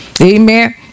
Amen